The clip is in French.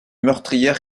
meurtrières